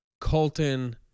Colton